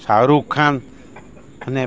શાહરુ ખાન અને